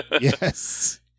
Yes